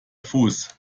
fuß